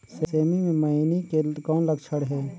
सेमी मे मईनी के कौन लक्षण हे?